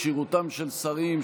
כשירותם של שרים),